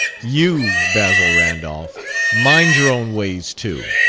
you, basil randolph mind your own ways too!